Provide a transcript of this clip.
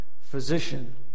physician